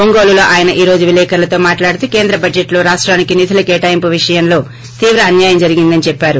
ఒంగోలు ఆయన ఈ రోజు విలేకరులతో మాట్లాడుతూ కేంద్ర బడ్లెట్ లో రాష్టానికోనిధుల కేటాయింపు విషయంలో తీవ్ర అన్యాయం జరిగిందని చెప్పారు